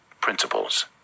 Principles